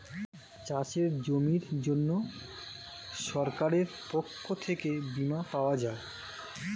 চাষের জমির জন্য সরকারের পক্ষ থেকে বীমা পাওয়া যায়